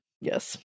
Yes